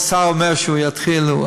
השר אומר שהם יתחילו,